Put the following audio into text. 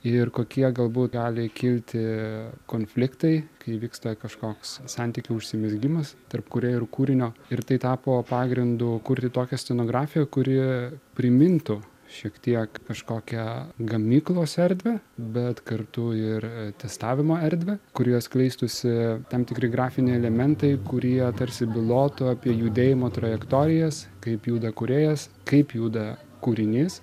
ir kokie galbūt gali kilti konfliktai kai vyksta kažkoks santykių užsimezgimas tarp kūrėjo ir kūrinio ir tai tapo pagrindu kurti tokią scenografiją kuri primintų šiek tiek kažkokią gamyklos erdvę bet kartu ir testavimo erdvę kurioje skleistųsi tam tikri grafiniai elementai kurie tarsi bylotų apie judėjimo trajektorijas kaip juda kūrėjas kaip juda kūrinys